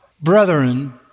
brethren